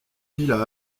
villas